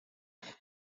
imanza